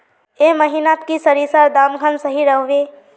ए महीनात की सरिसर दाम खान सही रोहवे?